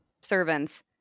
servants